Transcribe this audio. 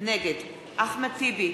נגד אחמד טיבי,